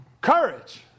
courage